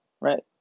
right